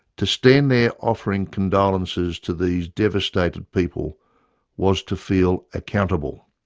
to stand there offering condolences to these devastated people was to feel accountable,